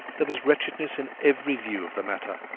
there was wretchedness in every view of the matter.